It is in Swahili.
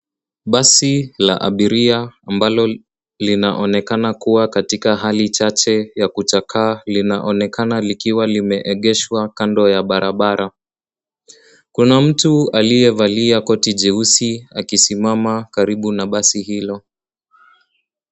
Basi la abiria ambalo linaonekana kuwa katika hali chache ya kuchakaa linaonekana likiwa limeegeshwa kando ya barabara. Kuna mtu aliyevalia koti jeusi akisimama karibu na basi hilo,